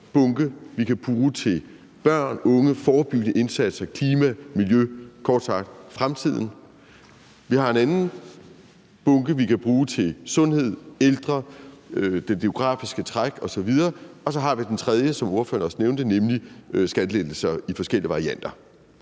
bunke, vi kan bruge til børn, unge, forebyggende indsatser, klima og miljø – kort sagt: fremtiden. Vi har en anden bunke, vi kan bruge til sundhed, ældre, det demografiske træk osv., og så har vi den tredje bunke, som ordføreren også nævnte, som vi kan bruge til skattelettelser i forskellige varianter.